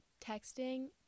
texting